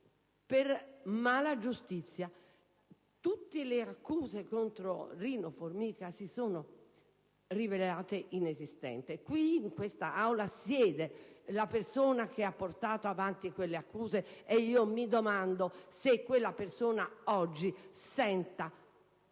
per malagiustizia. Tutte le accuse contro Rino Formica si sono rivelate inconsistenti. Qui, in quest'Aula, siede la persona che ha portato avanti quelle accuse. E mi domando se quella persona oggi senta